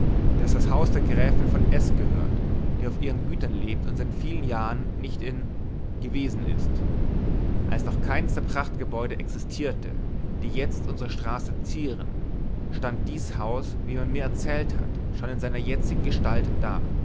daß das haus der gräfin von s gehört die auf ihren gütern lebt und seit vielen jahren nicht in n gewesen ist als noch keins der prachtgebäude existierte die jetzt unsere straße zieren stand dies haus wie man mir erzählt hat schon in seiner jetzigen gestalt da